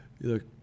look